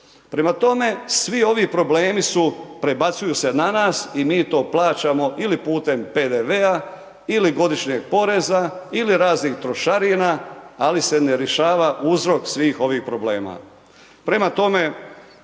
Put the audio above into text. Prema tome, svi ovi problemi su, prebacuju se na nas i mi to plaćamo ili putem PDV-a ili godišnjeg poreza ili raznih trošarina ali se ne rješava uzrok svih ovih problema.